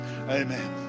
Amen